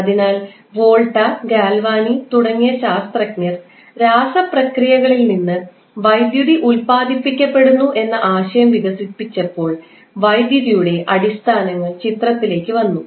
അതിനാൽ Volta Galvani തുടങ്ങിയ ശാസ്ത്രജ്ഞർ രാസ പ്രക്രിയകളിൽ നിന്ന് വൈദ്യുതി ഉൽപാദിപ്പിക്കപ്പെടുന്നു എന്ന ആശയം വികസിപ്പിച്ചപ്പോൾ വൈദ്യുതിയുടെ അടിസ്ഥാനങ്ങൾ ചിത്രത്തിലേക്ക് വന്നു